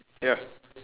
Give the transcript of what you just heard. ya